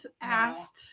Asked